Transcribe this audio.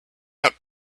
out